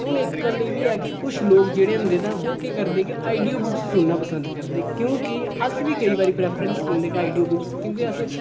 ते हून इक गल्ल एह् बी ऐ कि कुछ लोक जेह्ड़े होंदे तां ओह् केह् करदे कि आडियो बुक सुनना पसंद करदे क्योंकि अस बी केईं बारी प्रेफरेंस दिन्ने आडियो बुक गी क्पोंकि अस